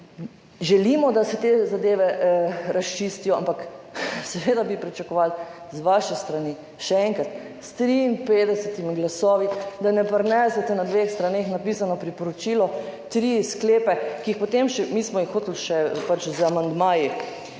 želimo da se te zadeve razčistijo, ampak seveda bi pričakovali z vaše strani še enkrat s 53 glasovi, da ne prinesete na dveh straneh napisano priporočilo, 3 sklepe, ki jih potem še, mi smo jih hoteli še z amandmaji